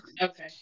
Okay